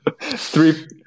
Three